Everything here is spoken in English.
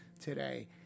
today